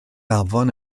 afon